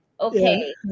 okay